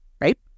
Right